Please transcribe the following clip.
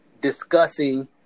discussing